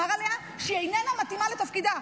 אמר עליה שהיא איננה מתאימה לתפקידה,